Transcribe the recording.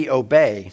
obey